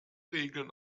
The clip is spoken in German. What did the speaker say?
regeln